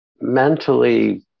mentally